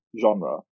genre